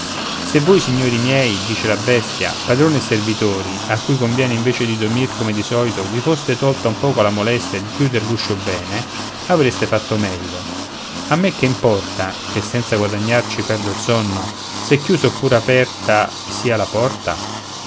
se voi signori miei dice la bestia padrone e servitori a cui conviene invece di dormir come di solito vi foste tolta un poco la molestia di chiuder l'uscio bene avreste fatto meglio a me che importa che senza guadagnar ci perdo il sonno se chiusa oppure aperta sia la porta